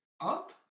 up